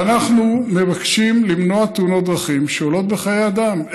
ואנחנו מבקשים למנוע תאונות דרכים שעולות בחיי אדם.